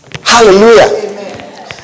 Hallelujah